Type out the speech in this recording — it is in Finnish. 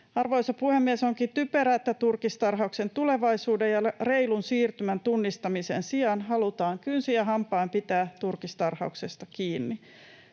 Arvoisa puhemies! Onkin typerää, että turkistarhauksen tulevaisuuden ja reilun siirtymän tunnistamisen sijaan halutaan kynsin ja hampain pitää turkistarhauksesta kiinni.